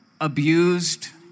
abused